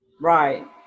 right